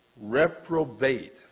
reprobate